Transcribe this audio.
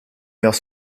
mœurs